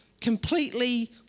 completely